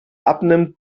abnimmt